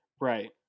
Right